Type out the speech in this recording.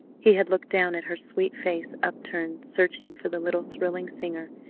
he had looked down at her sweet face upturned searching for the little thrilling singer,